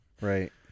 right